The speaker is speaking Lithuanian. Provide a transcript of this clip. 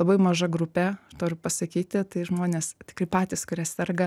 labai maža grupė aš noriu pasakyti tai žmonės tikrai patys kurie serga